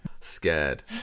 Scared